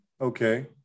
okay